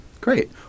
Great